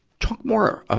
talk more a,